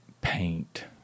paint